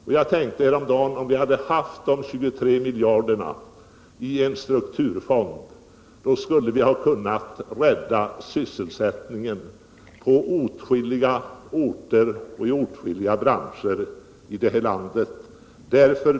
Häromdagen tänkte jag: Om vi hade haft de här 23 miljarderna i en strukturfond, då skulle vi ha kunnat rädda sysselsättningen på åtskilliga orter och i åtskilliga branscher i det här landet.